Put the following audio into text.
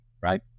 right